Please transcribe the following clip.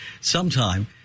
sometime